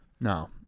No